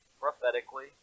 prophetically